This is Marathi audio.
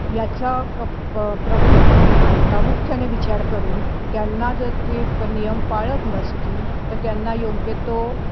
याचा क प प्रमुख म्हण प्रामुख्याने विचार करून त्यांना जर ते प नियम पाळत नसतील तर त्यांना योग्य तो